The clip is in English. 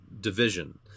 division